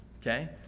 Okay